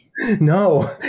No